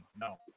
no